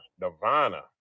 nirvana